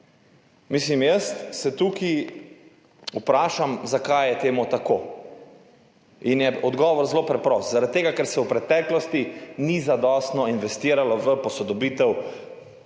Jaz se tukaj vprašam, zakaj je tako. Odgovor je zelo preprost, zaradi tega, ker se v preteklosti ni zadostno investiralo v posodobitev